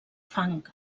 fang